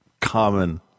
common